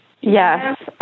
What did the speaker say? Yes